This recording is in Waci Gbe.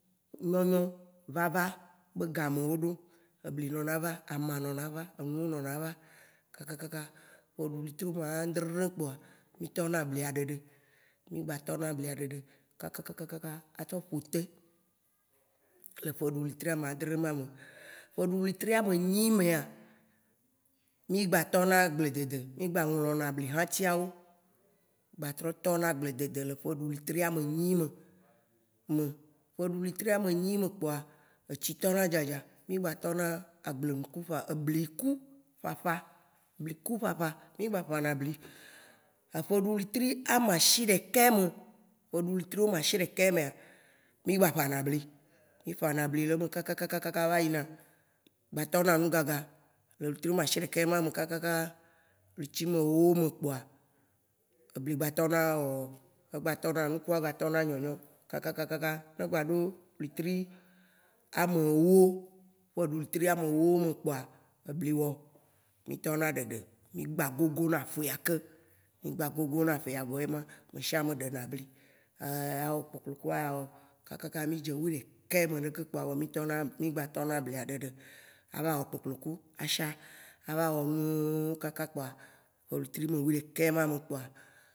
nyɔnyɔ vavã bé gameawo ɖo. Ebli nɔna va, ama nɔna va, enuwo nɔna va kakakaka, ƒéɖu wétri omãdrè koa, mi tɔna blia ɖeɖe. Mi gba tɔna blia ɖeɖe kakakakakaka a tsɔ ƒotè le ƒeɖu wétri amaadrɛ ma me. Ƒéɖu wétri amenyi méa, mi gba tɔna agble dedede. Mi gba ŋlɔna bli hatsiawo, gba tɔ tɔna agbledede lé ƒéɖu wétri amenyi me. Ƒéɖu wétri amenyi me kpoa, étsi tɔna dzadza. Mi gba tɔna agblénuku ċ, ebliku ċċ. Bliku ċċ. Mi gba ċna bli. Eƒe ɖu wétri amashiɖekɛ me, ƒéɖu wétri amashiɖekɛ méa, mi gba ċna bli. Mi Ĉna bli leme kakakakaka va yina, gba tɔna nu gagã le wétri amashiɖekɛ mame kakaka, wétri mewo me kpoa, ebli gba tɔna wɔwɔ. E gba tɔna, nukuawo gba tɔna nyonyo. kakakakaka ne egba ɖo wétri amewó, ƒéɖu wétri amewo me kpoa, ebli wɔ; mi tɔna ɖeɖe. Mi gba gogona ƒea ke. Mi ga gogona fea vɔ yema. Me siame ɖéna bli. Awɔ kpokploku awɔ, kakaka mi dzé weɖekɛ me ɖeke kpoa mi tɔna, mi gba tɔna blia ɖeɖe. A va wɔ kpokploku a sia, a va wɔ nuwò kaka kpoa, ƒe wétri omewiɖekɛ mame kpoa,